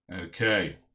Okay